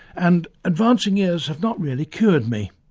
and advancing years have not really cured me.